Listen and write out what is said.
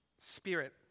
spirit